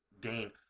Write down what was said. Dane